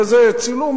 כזה צילום,